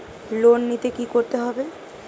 Loan নিতে কী করতে হবে?